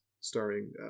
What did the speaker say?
starring